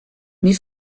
mais